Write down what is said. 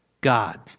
God